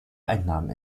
einnahmen